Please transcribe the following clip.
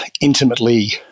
intimately